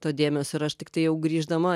to dėmesio ir aš tiktai jau grįždama